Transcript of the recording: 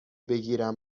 بگیرم